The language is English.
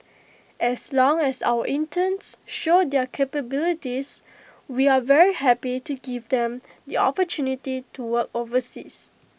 as long as our interns show their capabilities we are very happy to give them the opportunity to work overseas